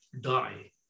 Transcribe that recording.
die